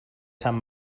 sant